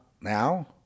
now